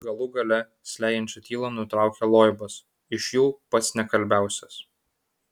galų gale slegiančią tylą nutraukė loibas iš jų pats nekalbiausias